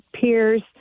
peers